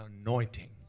anointing